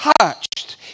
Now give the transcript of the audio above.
touched